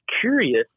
curious